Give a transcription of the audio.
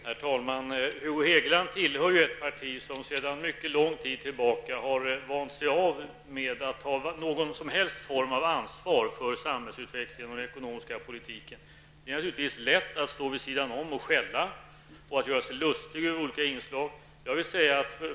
Herr talman! Hugo Hegeland tillhör ett parti som sedan mycket lång tid tillbaka har vant sig av med att ta någon form av ansvar för samhällsutvecklingen och den ekonomiska politiken. Det är naturligtvis lätt för er att stå vid sidan om och skälla och göra er lustiga över olika inslag.